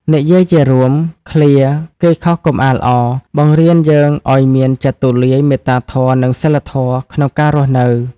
និយាយជារួម ឃ្លា "គេខុសកុំអាលអរ" បង្រៀនយើងឱ្យមាន ចិត្តទូលាយ មេត្តាធម៌ និង សីលធម៌ ក្នុងការរស់នៅ។